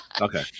Okay